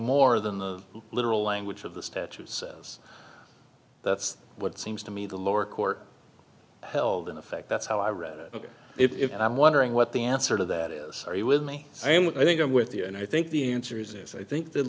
more than the literal language of the statute says that's what it seems to me the lower court held in effect that's how i read it and i'm wondering what the answer to that is are you with me i think i'm with you and i think the answer is yes i think the